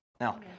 Now